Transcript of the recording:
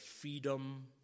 freedom